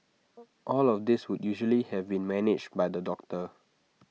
all of this would usually have been managed by the doctor